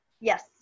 Yes